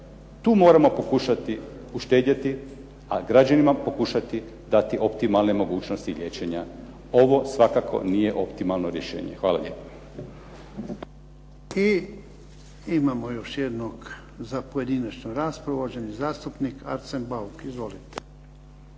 Tu moramo pokušati uštedjeti, a građanima pokušati dati optimalne mogućnosti liječenja. Ovo svakako nije optimalno rješenje. Hvala lijepa. **Jarnjak, Ivan (HDZ)** I imamo još jednog za pojedinačnu raspravu. Uvaženi zastupnik Arsen Bauk. Izvolite.